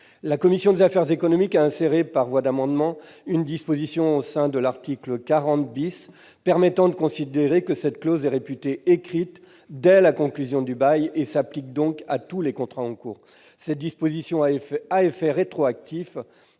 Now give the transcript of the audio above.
La commission des affaires économiques a inséré, par voie d'amendement, une disposition au sein de l'article 40 permettant de considérer que cette clause est réputée écrite dès la conclusion du bail et s'applique donc à tous les contrats en cours. Cette disposition, à effet rétroactif,